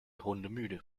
hundemüde